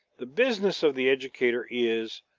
the business of the educator is,